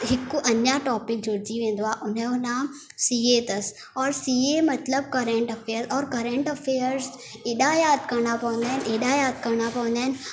हिकु अञा टोपिक जुड़जी वेंदो आहे उनजो नाम सी ए अथसि और सी ए मतिलबु करंट अफेयर और करंट अफेयर्स एॾा यादि करिणा पवंदा आहिनि एॾा यादि करिणा पवंदा आहिनि